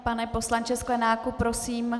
Pane poslanče Sklenáku, prosím.